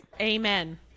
Amen